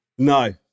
No